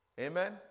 Amen